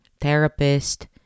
therapist